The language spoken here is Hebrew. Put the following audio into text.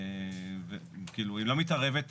כאילו, היא לא מתערבת.